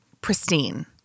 pristine